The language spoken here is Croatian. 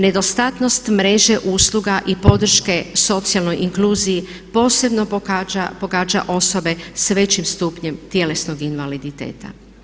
Nedostatnost mreže usluga i podrške socijalnoj inkluziji posebno pogađa osobe s većim stupnjem tjelesnog invaliditeta.